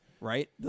right